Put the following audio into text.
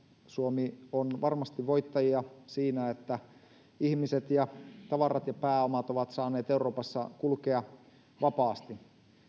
suomi on varmasti voittajia siinä että ihmiset ja tavarat ja pääomat ovat saaneet euroopassa kulkea vapaasti